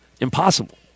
Impossible